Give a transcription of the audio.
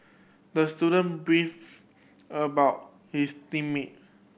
the student beefed about his team mate